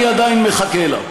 אני עדיין מחכה לה.